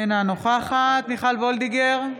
אינה נוכחת מיכל וולדיגר,